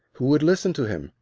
who would listen to him?